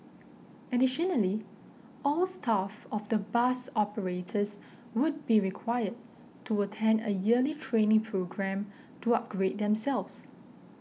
additionally all staff of the bus operators would be required to attend a yearly training programme to upgrade themselves